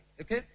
Okay